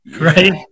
right